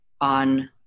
on